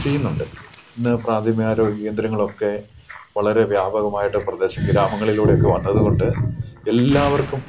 ചെയ്യുന്നുണ്ട് ഇന്ന് പ്രാഥമിക ആരോഗ്യ കേന്ദ്രങ്ങൾ ഒക്കെ വളരെ വ്യാപകമായിട്ട് പ്രദേശം ഗ്രാമങ്ങളിലൂടെ ഒക്കെ വന്നത് കൊണ്ട് എല്ലാവർക്കും